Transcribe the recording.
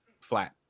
flat